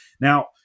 Now